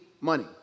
money